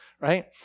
right